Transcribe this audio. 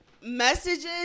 messages